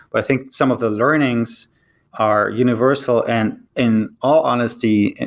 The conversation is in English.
but i think some of the learnings are universal, and in all honesty,